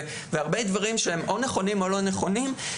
הרבה דברים שהם נכונים או לא נכונים,